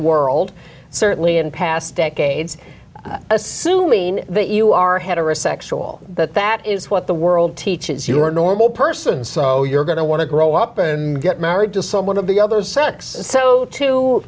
world certainly in past decades assuming that you are heterosexual but that is what the world teaches you are a normal person so you're going to want to grow up and get married to someone of the other sex so to